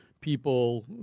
People